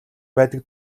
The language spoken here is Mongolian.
байдаг